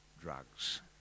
drugs